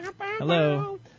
Hello